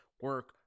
Work